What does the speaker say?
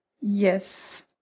Yes